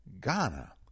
Ghana